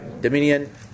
Dominion